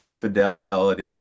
fidelity